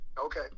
okay